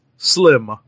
slim